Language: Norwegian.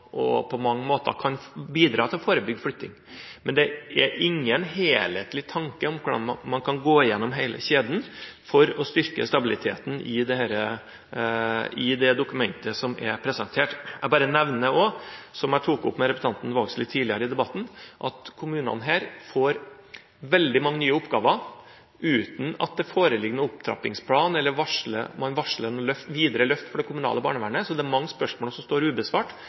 og på mange måter kan bidra til å forebygge flytting. Men det er ingen helhetlig tanke om hvordan man går gjennom hele kjeden for å styrke stabiliteten, i det dokumentet som er presentert. Jeg nevner også, som jeg tok opp med representanten Vågslid tidligere i debatten, at kommunene her får veldig mange nye oppgaver uten at det foreligger noen opptrappingsplan, eller at man varsler noe videre løft for det kommunale barnevernet. Så det er mange spørsmål som står ubesvart,